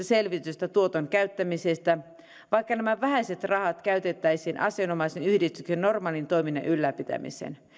selvitystä tuoton käyttämisestä vaikka nämä vähäiset rahat käytettäisiin asianomaisen yhdistyksen normaalin toiminnan ylläpitämiseen